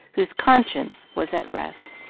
whose conscience was at rest.